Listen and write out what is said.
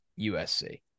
USC